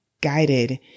guided